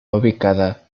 ubicada